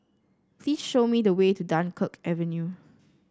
please show me the way to Dunkirk Avenue